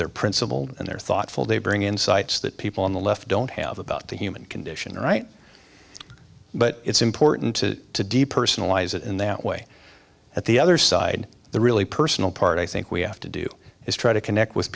they're principled and they're thoughtful they bring insights that people on the left don't have about the human condition right but it's important to depersonalize it in that way at the other side the really personal part i think we have to do is try to connect with